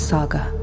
Saga